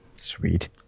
Sweet